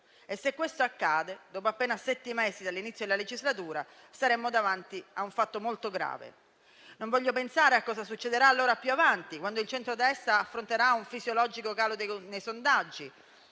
E, se questo accade dopo appena sette mesi dall'inizio della legislatura, saremmo davanti a un fatto molto grave. Non voglio pensare a cosa succederà allora più avanti, quando il centrodestra affronterà un fisiologico calo nei sondaggi;